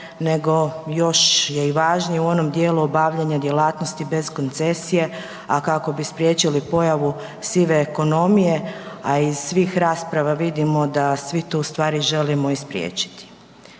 nego još je i važnije u onom dijelu obavljanja djelatnosti bez koncesije, a kako bi spriječili pojavu sive ekonomije, a iz svih rasprava vidimo da svi to želimo u stvari i spriječiti.